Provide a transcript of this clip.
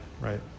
right